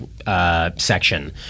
Section